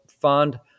fund